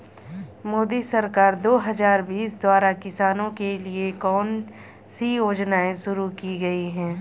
मोदी सरकार दो हज़ार बीस द्वारा किसानों के लिए कौन सी योजनाएं शुरू की गई हैं?